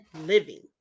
living